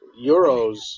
euros